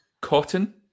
cotton